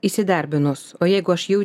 įsidarbinus o jeigu aš jau